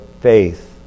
faith